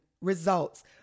results